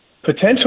potential